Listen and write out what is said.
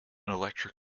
electric